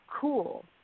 cool